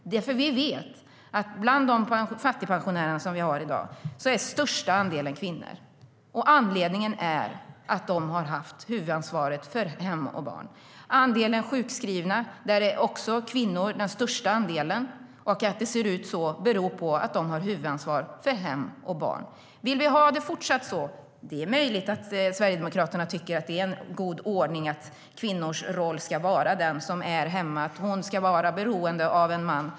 Vi vet att bland de fattigpensionärer vi har i dag är den största andelen kvinnor. Anledningen är att de har haft huvudansvaret för hem och barn. Bland de sjukskrivna utgör också kvinnor den största andelen. Att det ser ut så beror på att de har huvudansvar för hem och barn. Vill vi ha det så i fortsättningen? Det är möjligt att Sverigedemokraterna tycker att kvinnans roll ska vara att vara hemma och att hon ska vara beroende av en man.